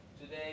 today